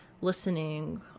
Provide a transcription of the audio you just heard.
listening